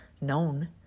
known